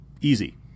easy